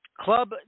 Club